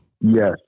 Yes